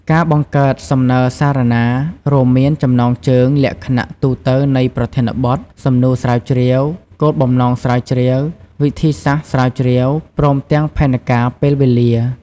ការបង្កើតសំណើរសារណា រួមមាន ចំណងជើង លក្ខណៈទូទៅនៃប្រធានបទ សំណួរស្រាវជ្រាវ គោលបំណងស្រាវជ្រាវ វិធីសាស្រ្តស្រាវជ្រាវ ព្រមទាំងផែនការពេលវេលា។